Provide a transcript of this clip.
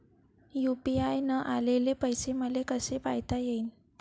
UPI न आलेले पैसे मले कसे पायता येईन?